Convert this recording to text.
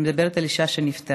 אני מדברת על אישה שנפטרה